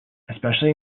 especially